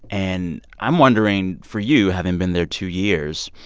and i'm wondering, for you, having been there two years,